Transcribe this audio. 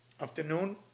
afternoon